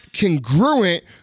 congruent